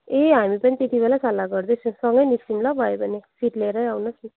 ए हामी पनि त्यति बेलै सल्लाह गर्दैछ सँगै निस्कौँ ल भयो भने सिट लिएरै आउनुहोस् न